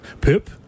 Pip